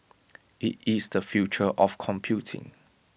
IT is the future of computing